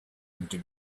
into